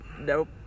Nope